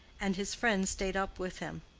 and his friend stayed up with him.